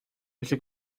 felly